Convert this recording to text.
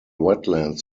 wetlands